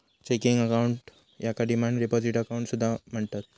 checking account याका demand deposit account असा सुद्धा म्हणतत